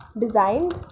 designed